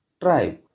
Tribe